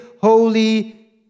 holy